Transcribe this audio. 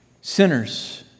Sinners